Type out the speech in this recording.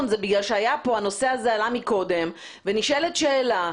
היא בגלל שהנושא הזה עלה קודם ונשאלת שאלה,